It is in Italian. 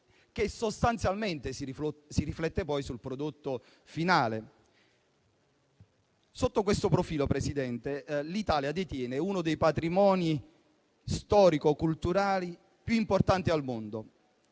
che sostanzialmente si riflette sul prodotto finale. Sotto questo profilo, signor Presidente, l'Italia detiene uno dei patrimoni storico-culturali più importanti al mondo.